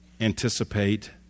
anticipate